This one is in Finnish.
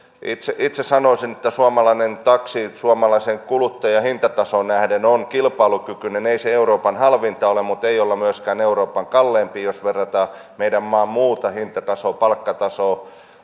itse itse sanoisin että suomalainen taksi suomalaisen kuluttajan hintatasoon nähden on kilpailukyinen ei se euroopan halvinta ole mutta ei olla myöskään euroopan kalleimpia jos verrataan meidän maamme muuta hintatasoa palkkatasoa